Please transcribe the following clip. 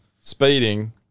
speeding